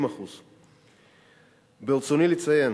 70%. ברצוני לציין